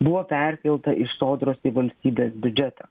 buvo perkelta iš sodros į valstybės biudžetą